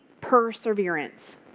perseverance